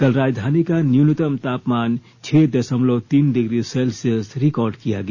कल राजधानी का न्यूनतम तापमान छह दशमलव तीन डिग्री सेल्शियस रिकार्ड किया गया